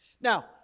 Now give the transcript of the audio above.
Now